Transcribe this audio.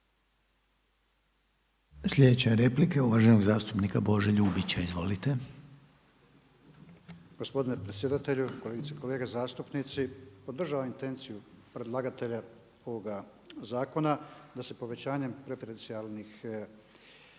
Sljedeća replika je uvaženog zastupnika Bože Ljubića, izvolite. **Ljubić, Božo (HDZ)** Gospodine predsjedatelju, kolegice i kolege zastupnici. Podržavam intenciju predlagatelja ovoga zakona da se povećanjem preferencijalnih